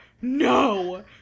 No